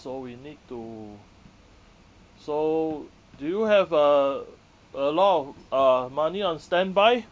so we need to so do you have a a lot of uh money on standby